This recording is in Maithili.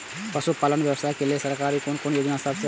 पशु पालन व्यवसाय के लेल सरकारी कुन कुन योजना सब छै?